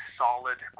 solid